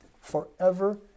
Forever